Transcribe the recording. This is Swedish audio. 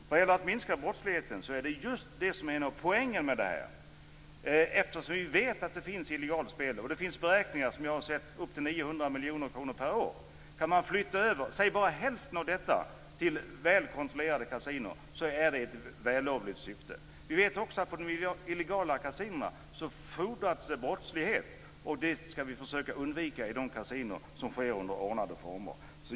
När det gäller att minska brottsligheten är det just det som är en av poängerna med det här - vi vet att det finns illegalt spel, och det finns beräkningar på att det omsätter upp till 900 miljoner kronor per år. Kan man flytta över bara hälften av detta till välkontrollerade kasinon är det ett vällovligt syfte. Vi vet också att det frodas brottslighet på de illegala kasinona, och det skall vi försöka undvika i de kasinon där spelet sker under ordnade former.